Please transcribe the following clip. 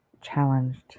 challenged